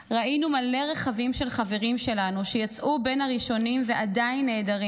ראינו מלא רכבים של חברים שלנו שיצאו בין הראשונים ועדיין נעדרים.